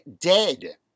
dead